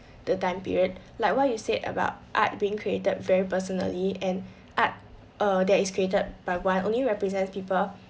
the time period like what you said about art being created very personally and art err that is created by one only represents people